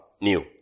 new